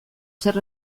zer